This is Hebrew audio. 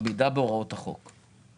עמידה בהוראות החוק.